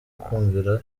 kumvira